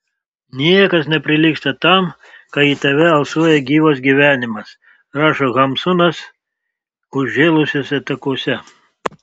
niekas neprilygsta tam kai į tave alsuoja gyvas gyvenimas rašo hamsunas užžėlusiuose takuose